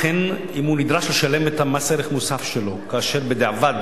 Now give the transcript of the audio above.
אכן אם הוא נדרש לשלם את מס ערך מוסף שלו כאשר בדיעבד